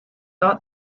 have